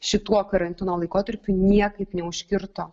šituo karantino laikotarpiu niekaip neužkirto